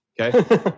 okay